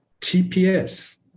GPS